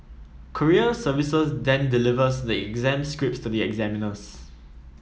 courier service then delivers the exam scripts to the examiners